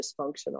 dysfunctional